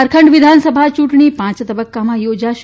ઝારખંડ વિધાનસભા ચુંટણી પાંચ તબકકામાં યોજાશે